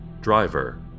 driver